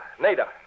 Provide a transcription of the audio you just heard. Nada